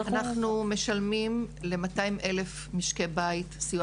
אנחנו משלמים ל-200,000 משקי בית סיוע